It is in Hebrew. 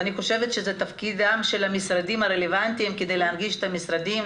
אני חושבת שזה תפקידם של המשרדים הרלוונטיים כדי להנגיש את המשרדים,